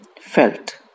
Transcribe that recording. Felt